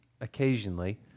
occasionally